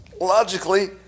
logically